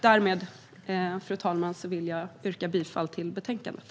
Därmed, fru talman, yrkar jag bifall till förslaget i betänkandet.